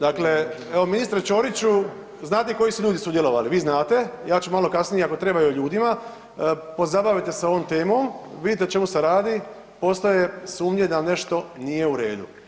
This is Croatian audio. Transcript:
Dakle, evo ministre Ćoriću znate i koji su ljudi sudjelovali, vi znate, ja ću malo kasnije i ako treba i o ljudima pozabavite se ovom temu, vidite o čemu se radi, postoje sumnje da nešto nije u redu.